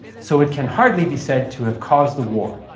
so it can hardly be said to have caused the war